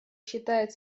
считает